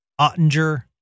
Ottinger